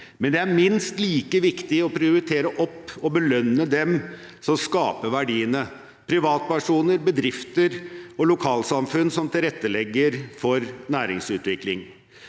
Men det er minst like viktig å prioritere opp og belønne dem som skaper verdiene: privatpersoner, bedrifter og lokalsamfunn som tilrettelegger for næringsutvikling.